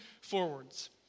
forwards